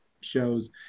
shows